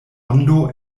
ondo